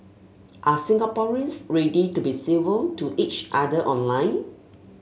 are Singaporeans ready to be civil to each other online